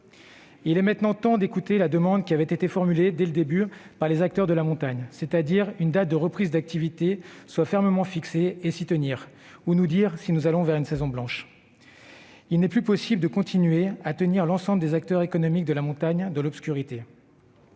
Il est maintenant temps d'écouter la demande formulée dès le début par les acteurs de la montagne : qu'une date de reprise d'activité soit fermement fixée et que l'on s'y tienne, ou bien que l'on nous dise si nous allons vers une saison blanche. Il n'est plus possible de continuer à tenir l'ensemble des acteurs économiques de la montagne dans l'obscurité.